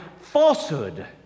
falsehood